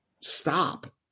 stop